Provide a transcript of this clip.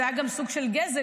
זה היה גם סוג של גזל,